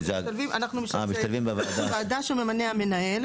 אנחנו משתלבים בוועדה שממנה המנהל,